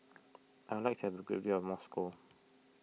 I would like to have a good view of Moscow